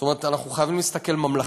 זאת אומרת, אנחנו חייבים להסתכל ממלכתית.